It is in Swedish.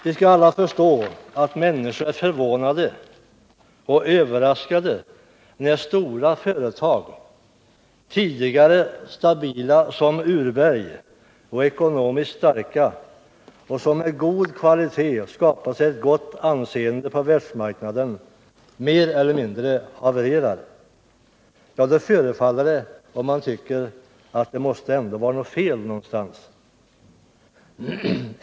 Vi skall alla förstå att människor är förvånade och överraskade när stora företag — tidigare stabila som urberg, ekonomiskt starka och som med produkter av god kvalitet skapat sig ett gott anseende på världsmarknaden — mer eller mindre havererar. Ja, då förefaller det vara fel någonstans.